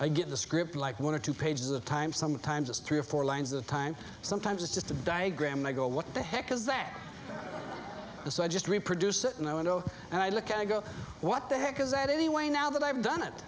i get the script like one or two pages of time sometimes it's three or four lines of time sometimes it's just a diagram i go what the heck is that so i just reproduce it in the window and i look i go what the heck is that anyway now that i've done it